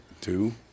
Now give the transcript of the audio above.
two-